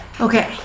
Okay